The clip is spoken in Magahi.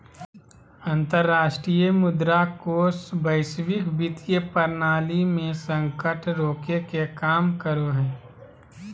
अंतरराष्ट्रीय मुद्रा कोष वैश्विक वित्तीय प्रणाली मे संकट रोके के काम करो हय